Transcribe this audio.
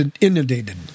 inundated